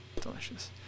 delicious